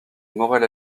morel